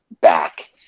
back